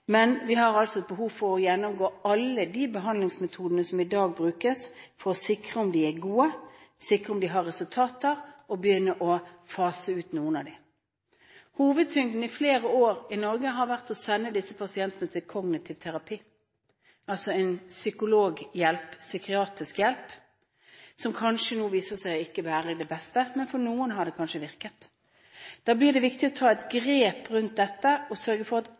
Men vi har behov for å gjennomgå alle de behandlingsmetodene som i dag brukes, for å sikre om de er gode, sikre om de har resultater, og begynne å fase ut noen av dem. I hovedsak har man i flere år i Norge sendt disse pasientene til kognitiv terapi, altså psykologhjelp, psykiatrisk hjelp, som nå kanskje viser seg ikke å være det beste, men for noen har det kanskje virket. Da blir det viktig å ta et grep rundt dette og sørge for at